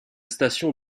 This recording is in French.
station